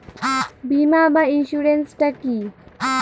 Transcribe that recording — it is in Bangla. বিমা বা ইন্সুরেন্স টা কি?